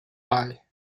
bei